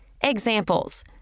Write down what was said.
Examples